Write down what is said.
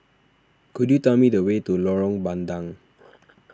could you tell me the way to Lorong Bandang